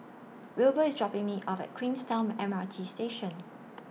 Wilbur IS dropping Me off At Queenstown M R T Station